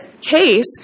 case